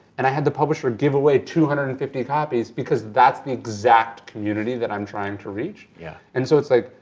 and i had the publisher give away two hundred and fifty copies because that's the exact community that i'm trying to reach. yeah and so it's like,